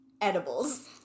edibles